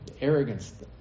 Arrogance